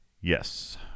Yes